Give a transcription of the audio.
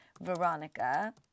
Veronica